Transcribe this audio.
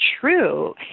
true